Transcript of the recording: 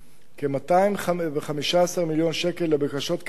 כ-215 מיליון שקל לבקשות קיימות